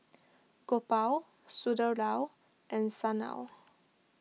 Gopal Sunderlal and Sanal